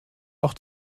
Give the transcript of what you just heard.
auch